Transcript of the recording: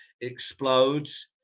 explodes